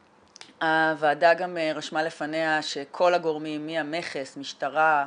הוועדה גם רשמה לפניה שכל הגורמים מהמכס, משטרה,